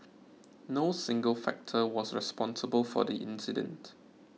no single factor was responsible for the incident